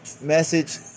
message